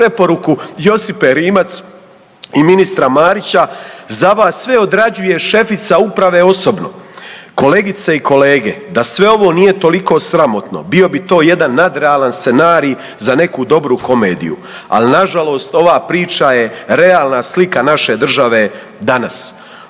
imate preporuku Josipe Rimac i ministra Marića za vas sve odrađuje šefica uprave osobno. Kolegice i kolege, da sve ovo nije toliko sramotno bio bi to jedan nadrealan scenarij za neku dobru komediju, al nažalost ova priča je realna slika naše države danas.